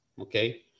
okay